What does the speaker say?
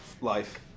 Life